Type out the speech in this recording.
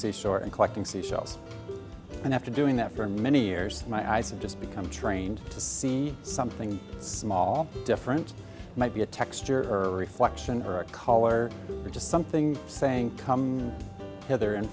seashore and collecting seashells and after doing that for many years my eyes are just become trained to see something small different might be a texture or a reflection or a color or just something saying come hither and